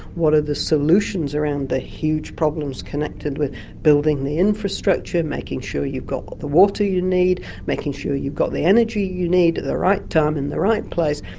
what are the solutions around the huge problems connected with building the infrastructure, making sure you've got the water you need, making sure you've got the energy you need, at the right time, in the right place.